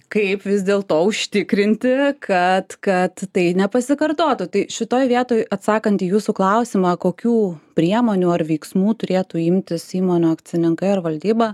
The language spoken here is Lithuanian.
kaip vis dėl to užtikrinti kad kad tai nepasikartotų tai šitoj vietoj atsakant į jūsų klausimą kokių priemonių ar veiksmų turėtų imtis įmonių akcininkai ar valdybą